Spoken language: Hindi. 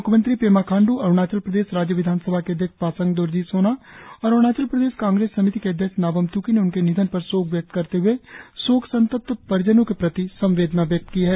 म्ख्यमंत्री पेमा खाण्डू अरुणाचल प्रदेश राज्य विधानसभा के अध्यक्ष पासांग दोरजी सोना और अरुणाचल प्रदेश कांग्रेस समिति के अध्यक्ष नाबम त्की ने उनके निधन पर शोक व्यक्त करते हुए शोक संतप्त परिजनों के प्रति संवेदना व्यक्त की है